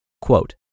Quote